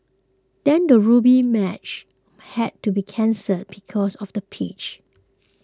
then a rugby match had to be cancelled because of the pitch